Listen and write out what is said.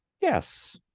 yes